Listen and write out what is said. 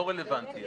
לא רלוונטי.